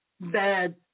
bad